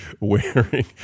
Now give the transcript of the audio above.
wearing